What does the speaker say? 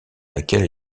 laquelle